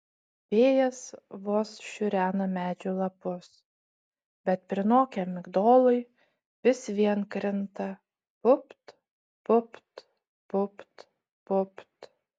vėjas vos šiurena medžių lapus bet prinokę migdolai vis vien krinta pupt pupt pupt pupt